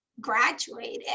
graduated